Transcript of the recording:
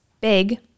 big